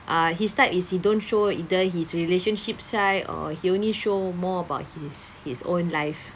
uh his type is he don't show either his relationship side or he only show more about his his own life